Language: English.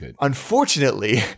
Unfortunately